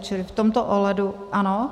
Čili v tomto ohledu ano.